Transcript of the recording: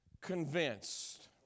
convinced